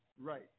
Right